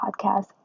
podcast